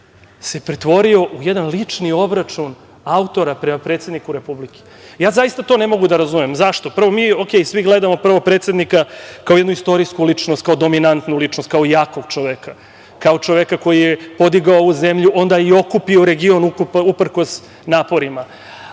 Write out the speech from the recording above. se pretvorio u jedan lični obračun autora prema predsedniku Republike. Zaista to ne mogu da razumem. Zašto? Prvo, mi svi gledamo predsednika kao jednu istorijsku ličnost, kao dominantnu ličnost, kao jakog čoveka, kao čoveka koji je podigao ovu zemlju, onda i okupio region uprkos naporima,